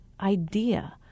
idea